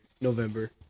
November